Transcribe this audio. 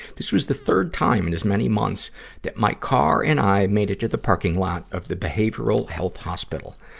this was the third time in as many months that my car and i made it to the parking lot of the behavioral health hospital.